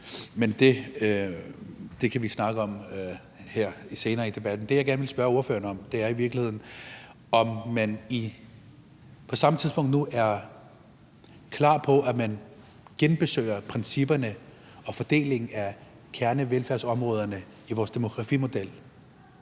men det kan vi snakke om her senere i debatten. Det, jeg gerne vil spørge ordføreren om, er i virkeligheden, om man på samme tidspunkt nu er klar på, at man genbesøger principperne og fordelingen af kernevelfærdsområderne i vores demografimodel.